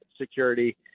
security